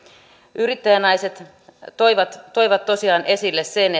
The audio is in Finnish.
yrittäjänaiset toivat toivat tosiaan esille sen